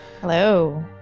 Hello